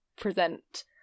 present